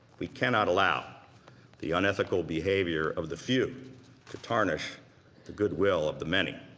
we cannot allow the unethical behavior of the few to tarnish the goodwill of the many.